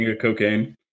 cocaine